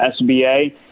SBA